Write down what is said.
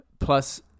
Plus